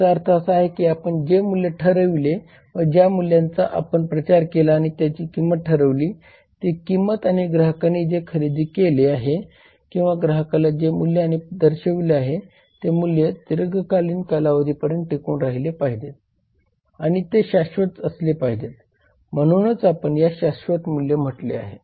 याचा अर्थ असा की आपण जे मूल्य ठरविले व ज्या मूल्याचा आपण प्रचार केला आणि त्याची किंमत ठरवली ती किंमत आणि ग्राहकांनी जे खरेदी केले आहे किंवा ग्राहकाला जे मूल्य आपण दर्शविले आहे ते मूल्य दीर्घ कालावधीपर्यंत टिकून राहिले पाहिजे आणि ते शाश्वत असले पाहिजे म्हणूनच आपण यास शाश्वत मूल्य म्हटले आहे